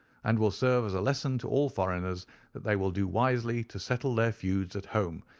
and will serve as a lesson to all foreigners that they will do wisely to settle their feuds at home,